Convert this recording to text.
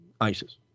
ISIS